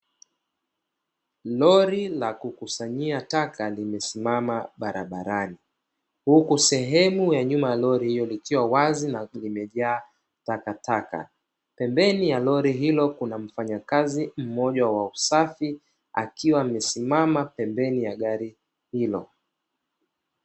Lori la kukusanyia taka limesimama barabarani huku sehemu ya nyuma ya lori hilo ikiwa wazi na imejaa takataka, pembeni ya lori hilo kuna mfanyakazi mmoja wa usafi akiwa amesimama pembeni ya gari hilo.